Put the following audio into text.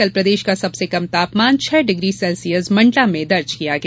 कल प्रदेश का सबसे कम तापमान छह डिप्री सेल्सियस मण्डला में दर्ज किया गया